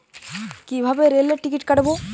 কিভাবে রেলের টিকিট কাটব?